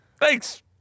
Thanks